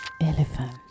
Elephant